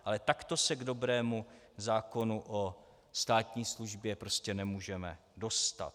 Ale takto se k dobrému zákonu o státní službě prostě nemůžeme dostat.